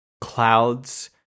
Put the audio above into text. clouds